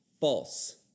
false